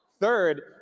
Third